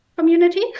Community